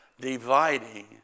Dividing